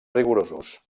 rigorosos